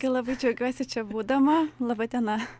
irgi labai džiaugiuosi čia būdama laba diena